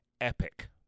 epic